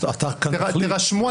תירשמו,